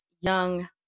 young